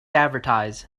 advertise